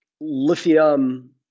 lithium